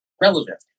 relevant